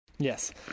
yes